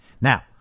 Now